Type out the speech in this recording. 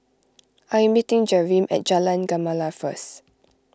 I am meeting Jereme at Jalan Gemala first